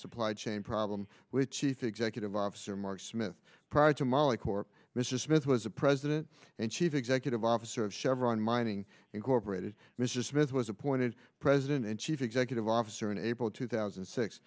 supply chain problem with chief executive officer mark smith prior to molly corp mr smith was a president and chief executive officer of chevron mining incorporated mr smith was appointed president and chief executive officer in april two thousand